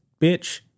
bitch